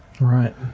Right